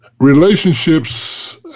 relationships